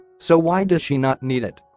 so why does she not need it?